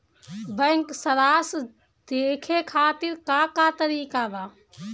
Bank सराश देखे खातिर का का तरीका बा?